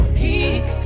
peak